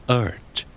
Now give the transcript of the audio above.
earth